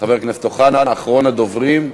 חבר הכנסת אוחנה, אחרון הדוברים.